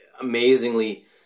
amazingly